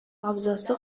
абзасы